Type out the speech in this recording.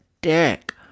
dick